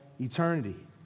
eternity